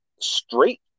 straight